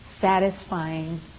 satisfying